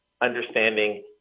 Understanding